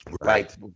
right